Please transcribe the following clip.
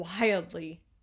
wildly